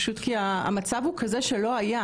פשוט כי מה שקורה עכשיו זה מצב כזה שעוד לא היה,